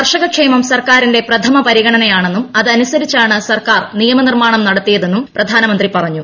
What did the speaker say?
കർഷകക്ഷേമം സർക്കാരിന്റെ പ്രഥമ പരിഗണനയാണെന്നും അതനുസരിച്ചാണ് സർക്കാർ നിയമനിർമ്മാണം നടത്തിയതെന്നും പ്രധാനമന്ത്രി പറഞ്ഞു